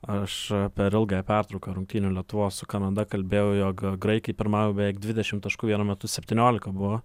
aš per ilgąją pertrauką rungtynių lietuvos kanada kalbėjau jog graikai pirmavo beveik dvidešim taškų vienu metu septyniolika buvo